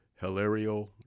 Hilario